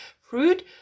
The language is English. Fruit